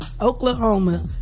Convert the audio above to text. Oklahoma